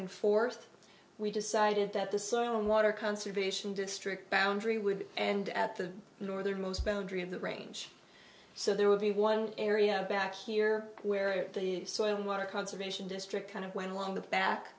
and forth we decided that the soil and water conservation district boundary would and at the northernmost boundary of the range so there would be one area back here where the soil and water conservation district kind of went along the back